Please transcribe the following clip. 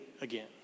again